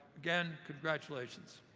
again, congratulations.